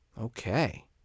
Okay